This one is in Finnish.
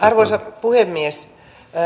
arvoisa puhemies